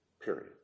period